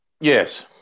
Yes